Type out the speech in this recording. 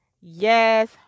Yes